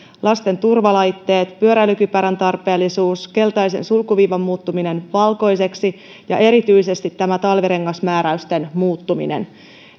lasten turvalaitteet pyöräilykypärän tarpeellisuus keltaisen sulkuviivan muuttuminen valkoiseksi ja erityisesti tämä talvirengasmääräysten muuttuminen